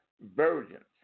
virgins